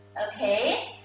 okay,